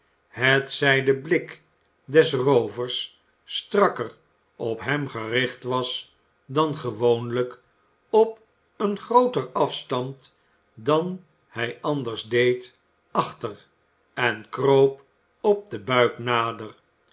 hetzij de blik des roovers strakker op hem gericht was dan gewoonlijk op een grooter afstand dan hij anders deed achter en kroop op den buik nader